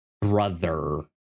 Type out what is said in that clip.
brother